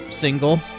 single